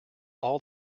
all